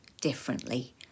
differently